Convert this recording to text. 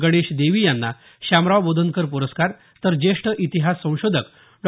गणेश देवी यांना श्यामराव बोधनकर प्रस्कार तर ज्येष्ठ इतिहास संशोधक डॉ